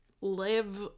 live